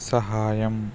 సహాయం